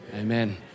amen